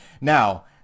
Now